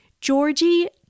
Georgie